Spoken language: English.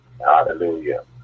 Hallelujah